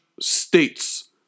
states